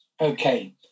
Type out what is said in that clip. Okay